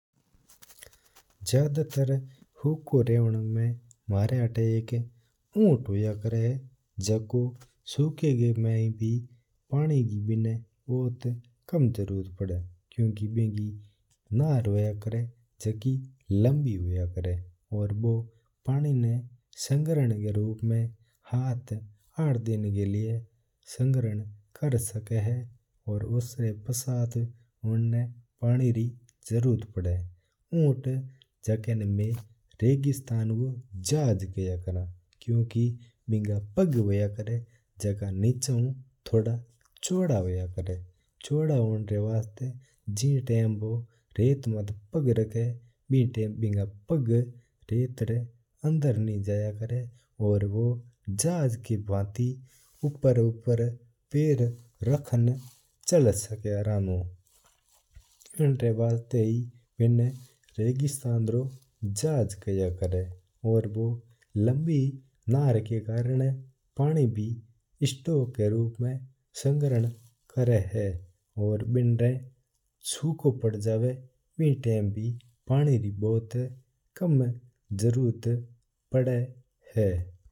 ज्यादातर समय हूको रेवणा में मेरा आता एक उठ होता करा है। जको सुखा में बिना पानी री भुत कम जरूरत पड़ा है। क्यूंकि बिकी नार होया कर है झाकी लंबी होया कर है बू पानी न संग्रहण का रूप में बू आठ दिन का लिया पानी न संग्रहण कर सका है। उन्ना न इंद्र पश्चात ही पानी री जरूरत पड़ा है। उत्त ना में रेगिस्तान को झाज भी खाया करा है। क्यूंकि बिका पग होया कर है जिनका निचा उ चोड़ा होया कर है चोड़ा हुआ इन वास्ता बू रेत में जानना पग रखा तो बिन तिममे बिका पग है रेत री अंदर कौन जाता करा है। और झाज का भाती ऊपर ऊपर पग राखण जहाज का भटाई चल सके है।